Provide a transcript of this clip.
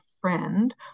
friend